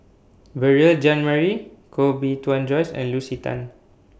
Beurel Jean Marie Koh Bee Tuan Joyce and Lucy Tan